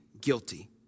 guilty